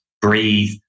breathe